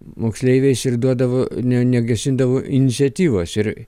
moksleiviais ir duodavo ne negesindavo iniciatyvos ir